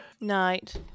night